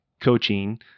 coaching